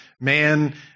man